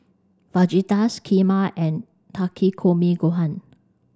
Fajitas Kheema and Takikomi Gohan